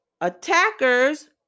attackers